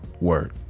word